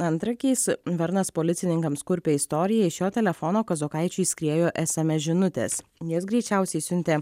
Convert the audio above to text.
antrankiais varnas policininkams kurpė istoriją iš jo telefono kazokaičiui skriejo sms žinutės jas greičiausiai siuntė